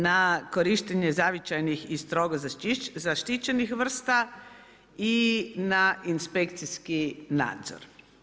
Na korištenje zavičajnih i strogo zaštićenih vrsta i na inspekcijski nadzor.